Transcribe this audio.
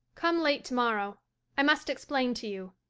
come late tomorrow i must explain to you.